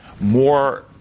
more